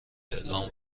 اعلام